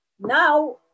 Now